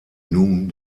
nun